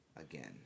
again